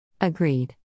Agreed